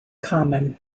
common